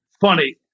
funny